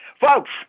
Folks